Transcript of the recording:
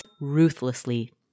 ruthlessly